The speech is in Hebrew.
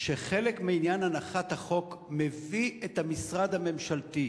שחלק מעניין הנחת החוק מביא את המשרד הממשלתי,